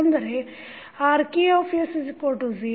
ಅಂದರೆ Rk0k12pk≠j